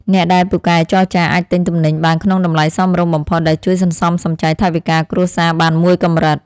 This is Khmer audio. អ្នកដែលពូកែចរចាអាចទិញទំនិញបានក្នុងតម្លៃសមរម្យបំផុតដែលជួយសន្សំសំចៃថវិកាគ្រួសារបានមួយកម្រិត។